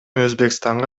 өзбекстанга